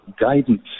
guidance